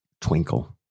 twinkle